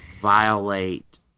violate